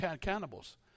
cannibals